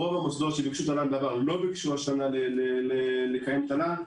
רוב המוסדות שביקשו תל"ן בעבר לא ביקשו השנה לקיים תל"ן.